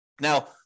Now